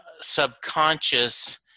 subconscious